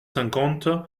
cinquante